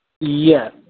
Yes